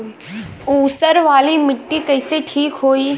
ऊसर वाली मिट्टी कईसे ठीक होई?